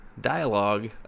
dialogue